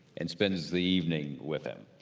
and spends the evening with him.